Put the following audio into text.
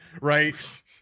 right